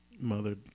Mother